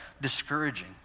discouraging